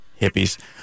hippies